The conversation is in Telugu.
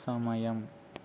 సమయం